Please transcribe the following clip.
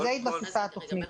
על זה התבססה התוכנית.